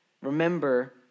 remember